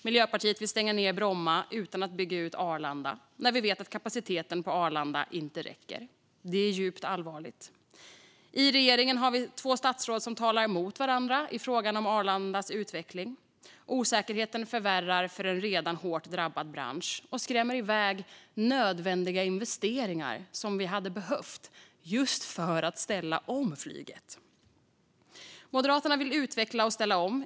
Miljöpartiet vill stänga ned Bromma utan att bygga ut Arlanda när vi vet att kapaciteten på Arlanda inte räcker. Det är djupt allvarligt. I regeringen finns två statsråd som talar mot varandra i frågan om Arlandas utveckling. Osäkerheten förvärrar för en redan hårt drabbad bransch och skrämmer iväg nödvändiga investeringar som skulle behövas för att ställa om flyget. Moderaterna vill utveckla och ställa om.